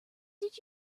did